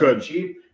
cheap